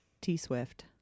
T-Swift